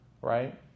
right